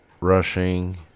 rushing